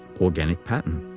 organic pattern.